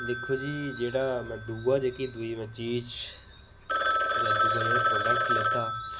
दिक्खो जी में दूआ जेह्की दूई चीज़ जां दूआ जेह्ड़ा प्रोडक्ट लैता हा